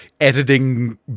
editing